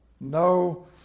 no